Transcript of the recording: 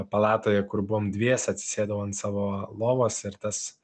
palatoje kur buvom dviese atsisėdau ant savo lovos ir tas